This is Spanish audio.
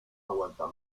aguanta